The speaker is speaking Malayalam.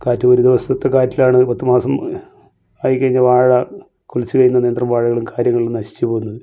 കാറ്റ് ഒരു ദിവസത്തെ കാറ്റിലാണ് പത്ത് മാസം ആയി കഴിഞ്ഞ വാഴ കുലച്ച് കഴിയുന്ന നേന്ത്ര വാഴകളും കാര്യങ്ങളും നശിച്ച് പോകുന്നത്